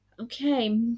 okay